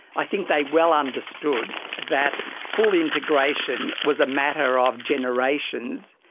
i think they well understood that full integration was a matter of generations,